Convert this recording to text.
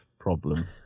problem